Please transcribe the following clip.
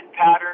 pattern